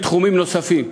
בתחומים נוספים.